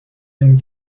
and